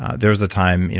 there was a time,